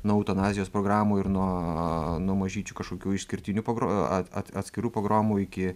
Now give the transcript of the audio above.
nuo eutanazijos programų ir nuo nuo mažyčių kažkokių išskirtinių pagro at atskirų pogromų iki